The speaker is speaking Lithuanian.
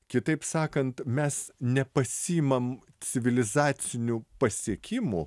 kitaip sakant mes nepasiimam civilizacinių pasiekimų